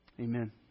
Amen